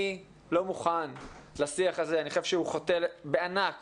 אני לא מוכן לשיח הזה, אני חושב שהוא חוטא בענק